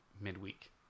midweek